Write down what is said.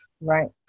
Right